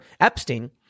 Epstein